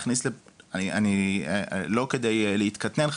לא כדי להתקטנן,